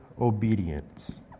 obedience